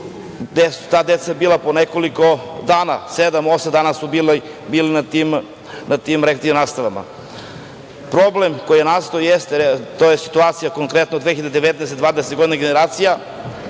ta deca bila po nekoliko dana, sedam, osam dana su bili na tim rekreativnim nastavama. Problem koji je nastao jeste, to je situacija, konkretno 2019/2020 generacija,